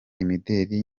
imideli